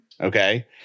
Okay